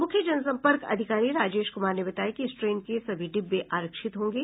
मुख्य जनसम्पर्क अधिकारी राजेश क्मार ने बताया कि इस ट्रेन के सभी डिब्बे आरक्षित होंगे